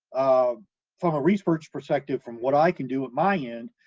ah from a research perspective, from what i can do at my end,